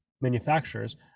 manufacturers